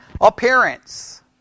appearance